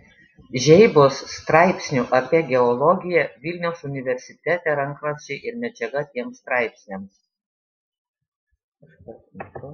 žeibos straipsnių apie geologiją vilniaus universitete rankraščiai ir medžiaga tiems straipsniams